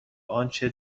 آنچه